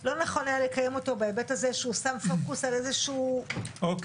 לא נכון היה לקיים אותו בהיבט הזה שהוא שם פוקוס על איזשהו --- אוקי,